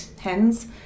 hens